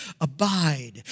abide